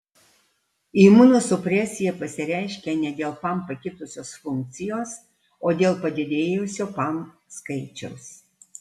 imunosupresija pasireiškia ne dėl pam pakitusios funkcijos o dėl padidėjusio pam skaičiaus